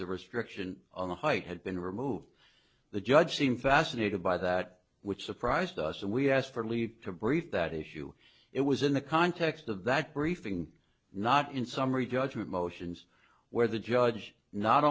the restriction on the high had been removed the judge seemed fascinated by that which surprised us and we asked for leave to brief that issue it was in the context of that briefing not in summary judgment motions where the judge not